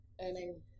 earning